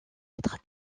être